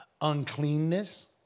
uncleanness